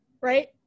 right